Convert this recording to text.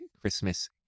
Christmas